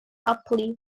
apply